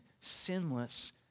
sinless